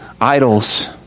idols